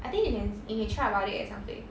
I think you can s~ you can try about it or something